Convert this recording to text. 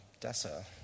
Dessa